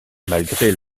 malgré